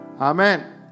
Amen